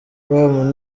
com